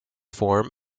form